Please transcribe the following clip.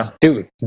Dude